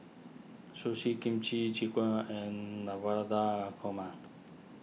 Sushi Kimchi Jjigae and Navratan Korma